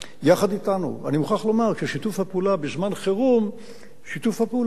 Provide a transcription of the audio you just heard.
אני מוכרח לומר ששיתוף הפעולה בין המערכות בזמן חירום הוא טוב.